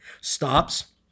stops